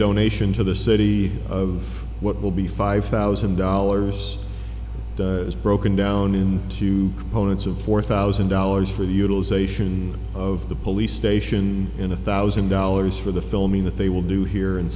donation to the city of what will be five thousand dollars is broken down in two poets of four thousand dollars for the utilization of the police station in a thousand dollars for the filming that they will do here in